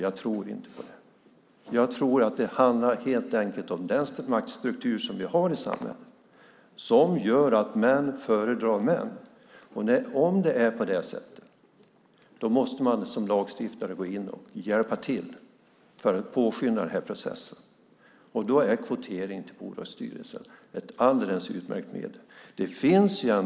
Jag tror inte på det. Jag tror att det handlar om den maktstruktur som finns i samhället, som gör att män föredrar män. Om det är så måste man som lagstiftare hjälpa till för att påskynda processen. Då är kvotering till bolagsstyrelser ett alldeles utmärkt medel.